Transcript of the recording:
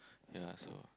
ya so